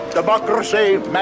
Democracy